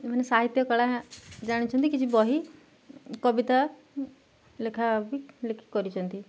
ଏମାନେ ସାହିତ୍ୟ କଳା ଜାଣିଛନ୍ତି କିଛି ବହି କବିତା ଲେଖା ବି ଲେଖି ପାରିଛନ୍ତି